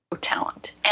talent